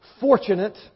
fortunate